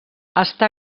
està